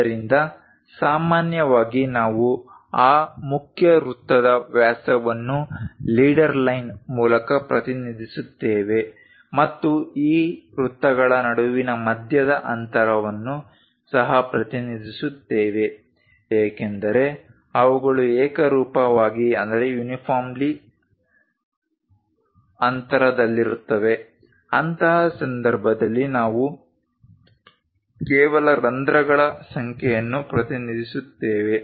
ಆದ್ದರಿಂದ ಸಾಮಾನ್ಯವಾಗಿ ನಾವು ಆ ಮುಖ್ಯ ವೃತ್ತದ ವ್ಯಾಸವನ್ನು ಲೀಡರ್ ಲೈನ್ ಮೂಲಕ ಪ್ರತಿನಿಧಿಸುತ್ತೇವೆ ಮತ್ತು ಈ ವೃತ್ತಗಳ ನಡುವಿನ ಮಧ್ಯದ ಅಂತರವನ್ನು ಸಹ ಪ್ರತಿನಿಧಿಸುತ್ತೇವೆ ಏಕೆಂದರೆ ಅವುಗಳು ಏಕರೂಪವಾಗಿ ಅಂತರದಲ್ಲಿರುತ್ತವೆ ಅಂತಹ ಸಂದರ್ಭದಲ್ಲಿ ನಾವು ಕೇವಲ ರಂಧ್ರಗಳ ಸಂಖ್ಯೆಯನ್ನು ಪ್ರತಿನಿಧಿಸುತ್ತೇವೆ